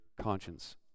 conscience